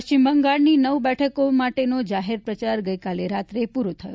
પશ્ચિમ બંગાળની નવ બેઠકો માટેનો જાહેર પ્રચાર ગઇકાલે રાતે પૂરો થયો